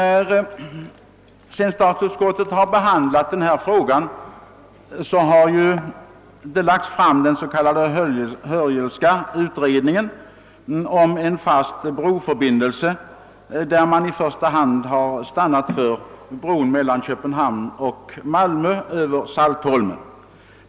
Sedan statsutskottet behandlat frågan har den s.k. Hörjelska utredningen lagt fram förslag om en fast broförbindelse, där man i första hand har stannat för en bro mellan Köpenhamn och Malmö över Saltholm.